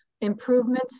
improvements